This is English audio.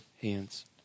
hands